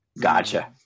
gotcha